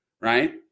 right